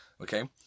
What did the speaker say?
okay